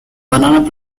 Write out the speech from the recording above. banana